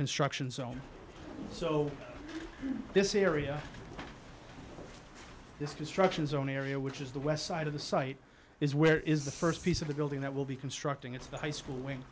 construction zone so this era this construction zone area which is the west side of the site is where is the st piece of the building that will be constructing it's the high school wing